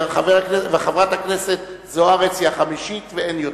וחברת הכנסת זוארץ היא החמישית ואין יותר.